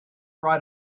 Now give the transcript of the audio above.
right